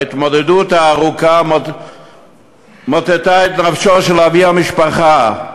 ההתמודדות הארוכה מוטטה את נפשו של אבי המשפחה.